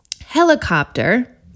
helicopter